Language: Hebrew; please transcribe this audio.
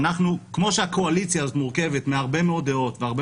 כמו שהקואליציה הזאת מורכבת מהרבה מאוד דעות והרבה